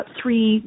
Three